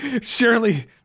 Surely